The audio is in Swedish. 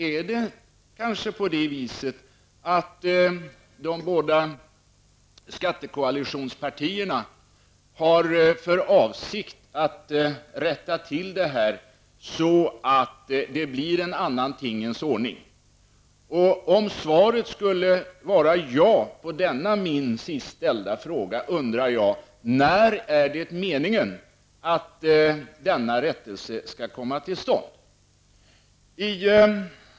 Är det kanske på det viset att de båda skattekoalitionspartierna har för avsikt att rätta till detta så att det blir en annan tingens ordning? Om svaret skulle vara ja, på denna min sist ställda fråga, undrar jag när det är meningen att denna rättelse skall komma till stånd.